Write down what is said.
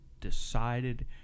decided